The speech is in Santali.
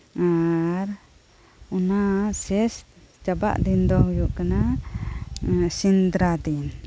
ᱟᱨ ᱚᱱᱟ ᱥᱮᱥ ᱪᱟᱵᱟᱜ ᱫᱤᱱ ᱫᱚ ᱦᱩᱭᱩᱜ ᱠᱟᱱᱟ ᱥᱤᱸᱫᱨᱟ ᱫᱤᱱ